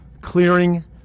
clearing